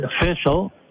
official